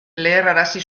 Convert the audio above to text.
leherrarazi